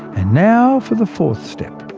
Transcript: and now for the fourth step,